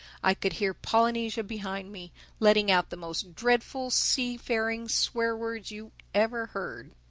i could hear polynesia behind me letting out the most dreadful seafaring swear-words you ever heard.